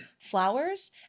flowers